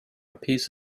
piece